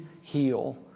heal